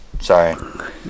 Sorry